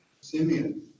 Simeon